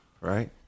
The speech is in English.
right